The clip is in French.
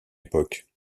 époque